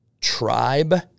tribe